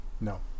No